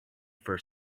for